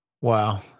Wow